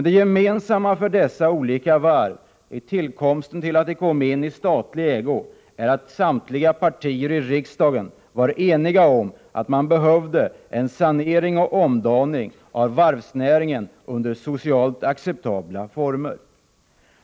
Det gemensamma för dessa olika varv i samband med att de kom i statlig ägo är att samtliga partier i riksdagen var eniga om att det behövdes en sanering och omdaning av varvsnäringen under socialt acceptabla former.